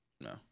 No